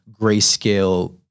grayscale